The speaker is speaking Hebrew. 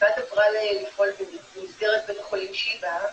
מלבד --- לפעול במסגרת בית החולים שיבא,